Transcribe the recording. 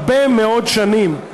כבר הרבה מאוד שנים,